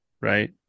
Right